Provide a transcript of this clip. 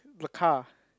the car